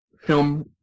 film